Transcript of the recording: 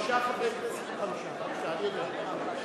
גם לו שמורה הזכות לשאול שאלה לאחר מכן.